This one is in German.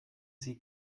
sie